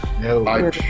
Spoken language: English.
No